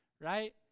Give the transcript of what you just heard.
right